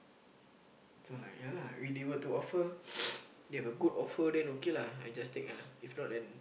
if they were to offer they have a good offer then okay lah I just take lah